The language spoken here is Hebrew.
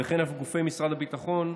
ואף על גופי משרד הביטחון,